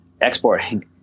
exporting